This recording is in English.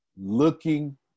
looking